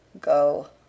Go